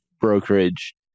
brokerage